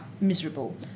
miserable